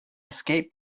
escape